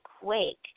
Quake